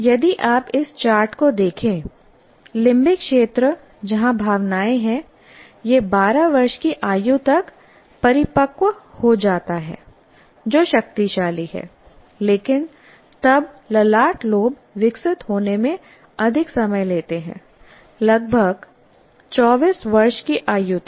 यदि आप इस चार्ट को देखें लिम्बिक क्षेत्र जहां भावनाएं हैं यह 12 वर्ष की आयु तक परिपक्व हो जाता है जो शक्तिशाली है लेकिन तब ललाट लोब विकसित होने में अधिक समय लेते हैं लगभग 24 वर्ष की आयु तक